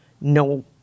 no